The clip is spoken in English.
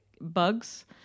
Bugs